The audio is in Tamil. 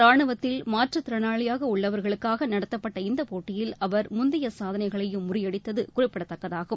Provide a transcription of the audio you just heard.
ராணுவத்தில் மாற்றுத்திறனாளியாக உள்ளவர்களுக்காக நடத்தப்பட்ட இந்த போட்டியில் அவர் முந்தைய சாதனைகளையும் முறியடித்தது குறிப்பிடத்தக்கதாகும்